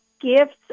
gifts